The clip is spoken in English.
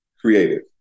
Creative